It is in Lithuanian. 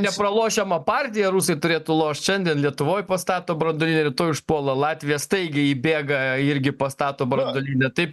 nes pralošiamą partiją rusai turėtų lošt šiandien lietuvoj pastato branduolinį rytoj užpuola latviją staigiai įbėga irgi pastato branduolinę taip